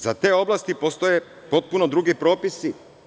Za te oblasti postoje potpuno drugi propisi.